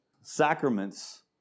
sacraments